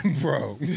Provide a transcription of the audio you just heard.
Bro